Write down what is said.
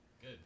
Good